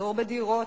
מחסור בדירות,